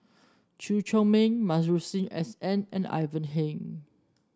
Chew Chor Meng Masuri S N and Ivan Heng